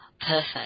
perfect